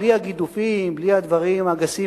בלי הגידופים ובלי הדברים הגסים,